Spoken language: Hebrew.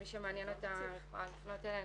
מי שמעניין אותה יכולה לפנות אלינו,